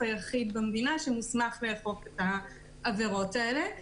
היחיד במדינה שמוסמך לאכוף את העבירות האלה.